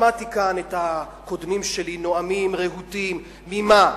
שמעתי כאן את הקודמים לי, נואמים רהוטים, ממה?